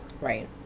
right